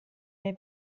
nei